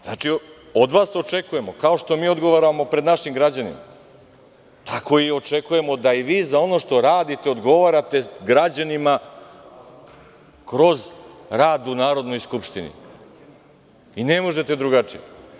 Znači, od vas očekujemo, kao što mi odgovaramo pred našim građanima, tako i očekujemo da i vi za ono što radite odgovarate građanima kroz rad u Narodnoj skupštini i ne možete drugačije.